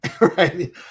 right